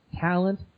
talent